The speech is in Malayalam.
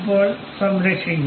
ഇപ്പോൾസംരക്ഷിക്കുക